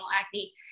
acne